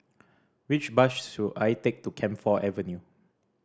which bus should I take to Camphor Avenue